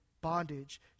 bondage